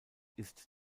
ist